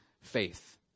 faith